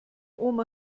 oma